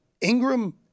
Ingram